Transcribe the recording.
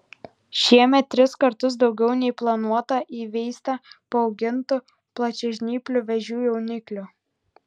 šiemet tris kartus daugiau nei planuota įveista paaugintų plačiažnyplių vėžių jauniklių